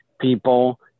people